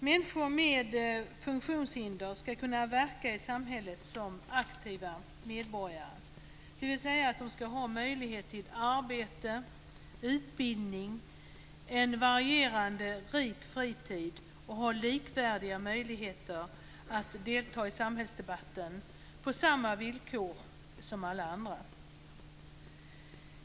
Människor med funktionshinder ska kunna verka i samhället som aktiva medborgare, dvs. att de ska ha möjlighet till arbete, utbildning och en varierande rik fritid och ha möjlighet att delta i samhällsdebatten på samma villkor som alla andra.